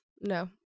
no